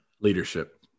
Leadership